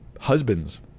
Husbands